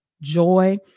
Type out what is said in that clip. joy